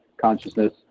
consciousness